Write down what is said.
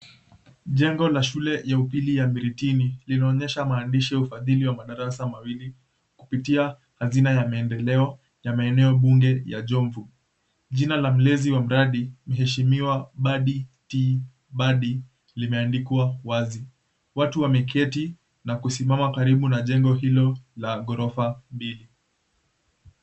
Jengo la shule ya upili ya Miritini linaonyesha maandishi ya ufadhili wa madarasa mawili kupitia hazina ya maendeleo ya maeneo bunge ya Jomvu. Jina la mlezi wa mradi mheshimiwa, Badi T Bady, limeandikwa wazi. Watu wameketi na kusimama karibu na jengo hilo la ghorofa mbili.